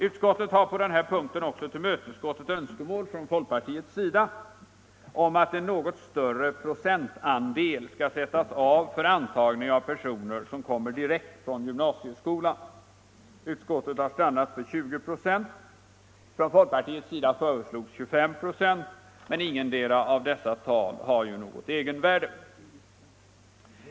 Utskottet har på den här punkten också tillmötesgått ett önskemål från folkpartiets sida om att en något större procentandel skall sättas av för antagning av personer som kommer direkt från gymnasieskolan. Utskottet har stannat för 20 96. Från folkpartiets sida föreslogs 25 96, men ingetdera av dessa tal har ju något egenvärde.